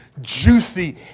juicy